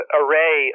array